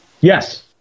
Yes